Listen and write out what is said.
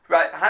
Right